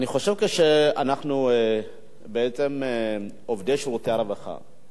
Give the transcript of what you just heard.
אני חושב, עובדי שירותי הרווחה,